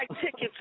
tickets